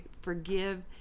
forgive